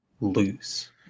lose